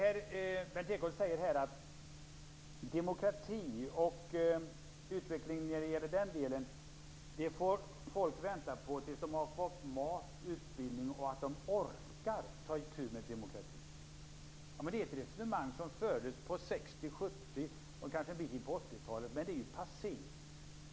Berndt Ekholm säger att folk får vänta på demokrati och utveckling av demokrati tills de har fått mat och utbildning och orkar att ta itu med demokratin. Det är ju ett resonemang som fördes på 60-talet, 70-talet och kanske en bit in på 80-talet, som är passé.